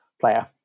player